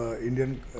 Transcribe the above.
Indian